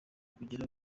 kugira